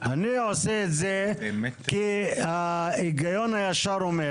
אני עושה את זה כי ההיגיון הישר אומר